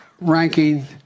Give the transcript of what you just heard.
ranking